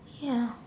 ya